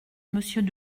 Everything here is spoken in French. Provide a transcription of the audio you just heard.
monsieur